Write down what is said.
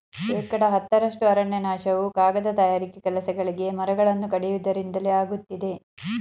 ಶೇಕಡ ಹತ್ತರಷ್ಟು ಅರಣ್ಯನಾಶವು ಕಾಗದ ತಯಾರಿಕೆ ಕೆಲಸಗಳಿಗೆ ಮರಗಳನ್ನು ಕಡಿಯುವುದರಿಂದಲೇ ಆಗುತ್ತಿದೆ